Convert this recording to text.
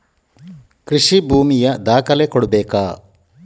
ಕೃಷಿ ಭೂಮಿಯ ದಾಖಲೆ ಕೊಡ್ಬೇಕಾ?